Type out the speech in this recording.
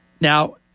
Now